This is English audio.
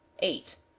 eight.